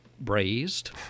braised